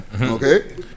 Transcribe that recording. Okay